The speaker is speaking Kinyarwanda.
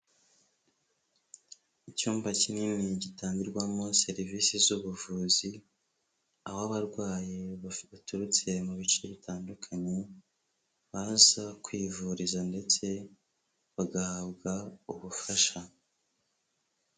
Icyumba kinini gitangirwamo serivisi z'ubuvuzi, aho abarwayi baturutse mu bice bitandukanye, baza kwivuriza ndetse bagahabwa ubufasha.